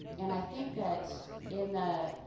and i think that in. the